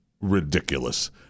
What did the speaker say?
ridiculous